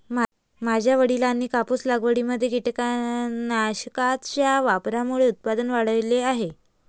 माझ्या वडिलांनी कापूस लागवडीमध्ये कीटकनाशकांच्या वापरामुळे उत्पादन वाढवले आहे